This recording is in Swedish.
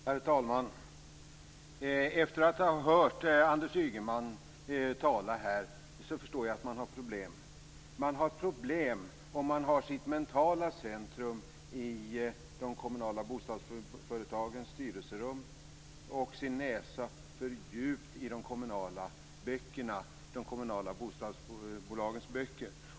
Herr talman! Efter att ha hört Anders Ygeman tala här förstår jag att man har problem. Man har problem om man har sitt mentala centrum i de kommunala bostadsföretagens styrelserum och sin näsa för djupt i de kommunala bostadsbolagens böcker.